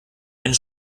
einen